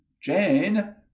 Jane